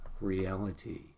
reality